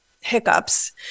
hiccups